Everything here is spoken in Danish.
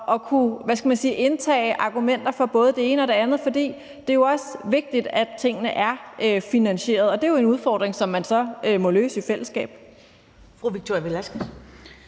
man sige, indtage argumenter for både det ene og det andet, for det er jo også vigtigt, at tingene er finansieret, og det er en udfordring, som man så må løse i fællesskab. Kl. 13:35 Første